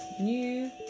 New